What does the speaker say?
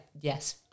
yes